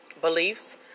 beliefs